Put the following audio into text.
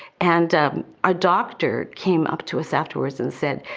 and our doctor came up to us afterwards and said,